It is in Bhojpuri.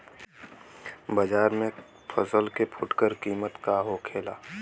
बाजार में फसल के फुटकर कीमत का होखेला?